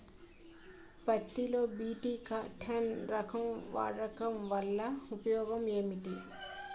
పత్తి లో BT cotton రకం వాడకం వల్ల ఉపయోగం ఏమిటి?